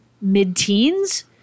mid-teens